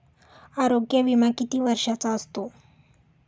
आरोग्य विमा किती वर्षांचा असतो?